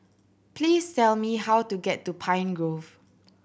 please tell me how to get to Pine Grove